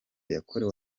yakorewe